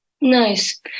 Nice